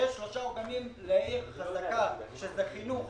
שלעיר חזקה יש שלושה עוגנים ואלה הם חינוך,